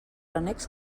renecs